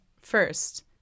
first